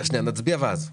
נצביע ואז תדברי.